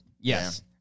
Yes